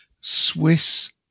Swiss